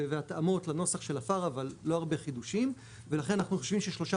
והתאמות לנוסח של ה-FAAR אבל לא הרבה חידושים ולכן אנחנו חושבים ששלושה